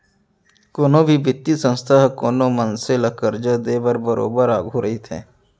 कोनो भी बित्तीय संस्था ह कोनो मनसे ल करजा देय बर बरोबर आघू रहिथे